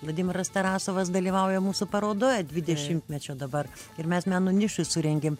vladimiras tarasovas dalyvauja mūsų parodoje dvidešimtmečio dabar ir mes meno nišoj surengėm